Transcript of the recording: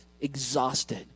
exhausted